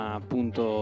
appunto